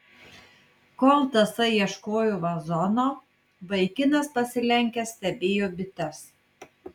kol tasai ieškojo vazono vaikinas pasilenkęs stebėjo bites